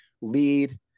lead